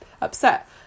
upset